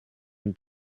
and